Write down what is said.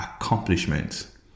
accomplishment